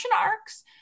arcs